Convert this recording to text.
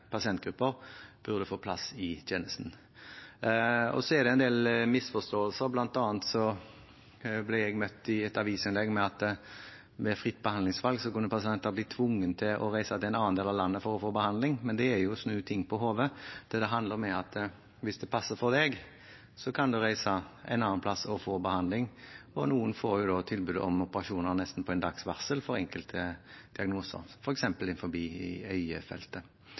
burde få plass i tjenesten. Så er det en del misforståelser. Blant annet ble jeg møtt i et avisinnlegg med at ved fritt behandlingsvalg kunne pasienter bli tvunget til å reise til en annen del av landet for å få behandling. Men det er jo å snu ting på hodet. Det det handler om, er at hvis det passer for en selv, kan en reise et annet sted og få behandling. Noen får da tilbud om operasjoner nesten på en dags varsel for enkelte diagnoser,